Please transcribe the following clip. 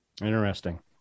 Interesting